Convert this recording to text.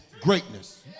greatness